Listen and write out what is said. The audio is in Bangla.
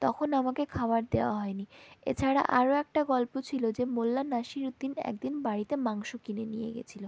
তখন আমাকে খাবার দেওয়া হয়নি এছাড়া আরও একটা গল্প ছিল যে মোল্লা নাসিরুদ্দিন এক দিন বাড়িতে মাংস কিনে নিয়ে গিয়েছিল